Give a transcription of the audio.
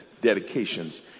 dedications